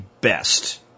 best